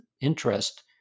interest